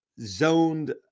zoned